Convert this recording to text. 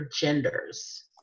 genders